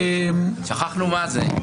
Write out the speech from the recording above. --- שכחנו מה זה.